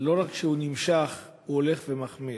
לא רק נמשך, הוא הולך ומחמיר.